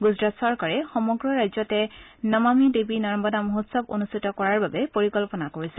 গুজৰাট চৰকাৰে সমগ্ৰ ৰাজ্যতে নমামি দেৱী নৰ্মদা মহোৎসৱ অনুষ্ঠিত কৰাৰ বাবে পৰিকল্পনা কৰিছে